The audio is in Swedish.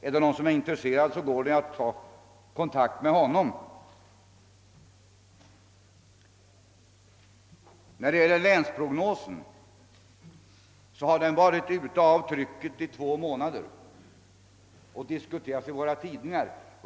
Är det någon som är intresserad, går det an att ta kontakt med direktör Hedman. Länsprognosen är tryckt och ute sedan två månader samt har diskuterats i våra tidningar.